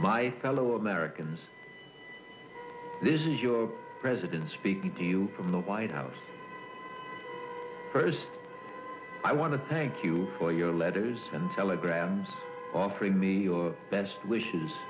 my fellow americans this is your president speaking to you from the white house first i want to thank you for your letters and telegrams offering me your best wishes